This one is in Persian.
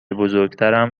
بزرگترم